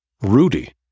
Rudy